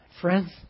Friends